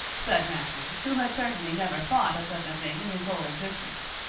said matthew, who had certainly never thought of such a thing in his whole existence.